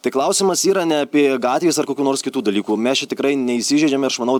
tai klausimas yra ne apie gatvės ar kokių nors kitų dalykų mes čia tikrai neįsižeidžiam ir aš manau